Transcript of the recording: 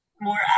more